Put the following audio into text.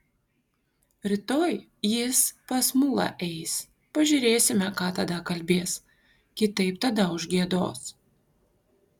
rytoj jis pas mulą eis pažiūrėsime ką tada kalbės kitaip tada užgiedos